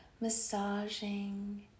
Massaging